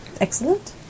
Excellent